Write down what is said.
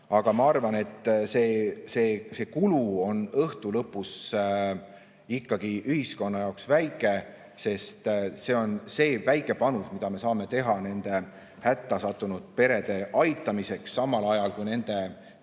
Aga ma arvan, et see kulu on õhtu lõpus ühiskonna jaoks ikkagi väike, sest see on see väike panus, mida me saame teha nende hätta sattunud perede aitamiseks, samal ajal kui nende perede